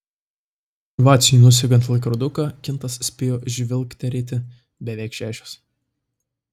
vaciui nusegant laikroduką kintas spėjo žvilgterėti beveik šešios